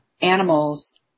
animals